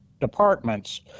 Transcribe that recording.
departments